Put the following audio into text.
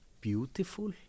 beautiful